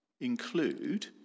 include